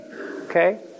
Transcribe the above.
okay